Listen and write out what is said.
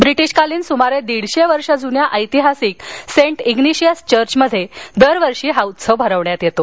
ब्रिटिशकालीन सुमारे दीडशे वर्ष जुन्या ऐतिहासिक सेंट इग्निशिअस चर्चमध्ये दरवर्षी हा उत्सव भरवण्यात येतो